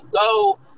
go